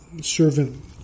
servant